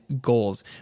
goals